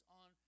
on